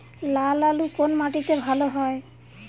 লাল আলু কোন মাটিতে ভালো হয়?